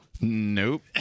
Nope